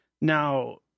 Now